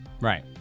Right